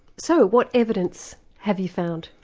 so what evidence have you found?